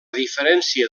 diferència